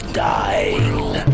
dying